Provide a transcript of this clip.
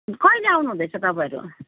कहिेले आउनु हुँदैछ तपाईँहरू